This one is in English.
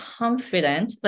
confident